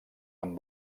amb